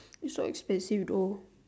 so expensive though